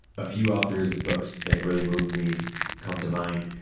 a few authors of books that have really moved me come to mind.